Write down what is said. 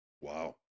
Wow